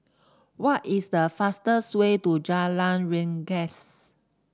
what is the fastest way to Jalan Rengas